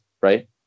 right